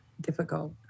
difficult